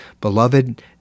Beloved